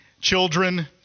children